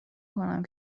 کنم